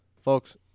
Folks